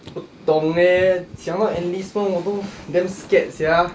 不懂 eh 讲到 enlistment 我都 damn scared sia